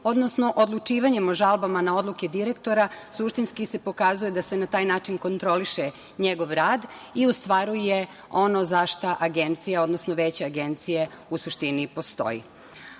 odnosno odlučivanjem o žalbama na odluke direktora suštinski se pokazuje da se na taj način kontroliše njegov rad i ostvaruje ono za šta Agencija, odnosno Veće Agencije u suštini postoji. Ako